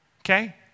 okay